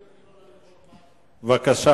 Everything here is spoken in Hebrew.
בבקשה,